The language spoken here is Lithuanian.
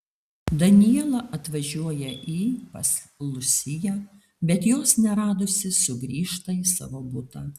daniela atvažiuoja į pas lusiją bet jos neradusi sugrįžta į savo butą